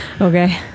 okay